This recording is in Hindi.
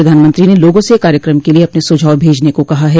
प्रधानमंत्री ने लोगों से कार्यक्रम के लिए अपने सुझाव भेजने को कहा है